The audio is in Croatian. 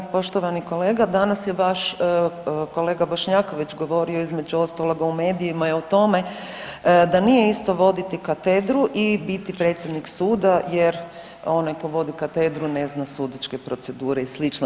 Poštovani kolega, danas je vaš kolega Bošnjaković govorio, između ostaloga u medijima i o tome da nije isto voditi katedru i biti predsjednik suda jer onaj tko vodi katedru ne zna sudačke procedure i sl.